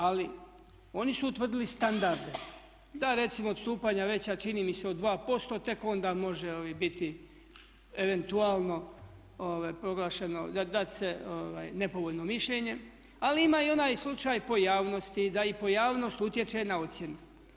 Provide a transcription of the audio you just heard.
Ali oni su utvrdili standarde da recimo odstupanja veća čini mi se od 2% tek onda može biti eventualno proglašeno, dat se nepovoljno mišljenje, ali ima i onaj slučaj pojavnosti, da i pojavnost utječe na ocjenu.